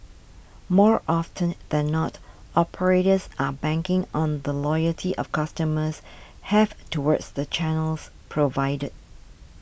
more often than not operators are banking on the loyalty of customers have towards the channels provided